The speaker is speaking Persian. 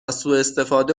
سواستفاده